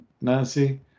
Nancy